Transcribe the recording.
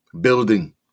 Building